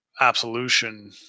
Absolution